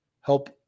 help